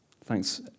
Thanks